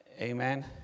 Amen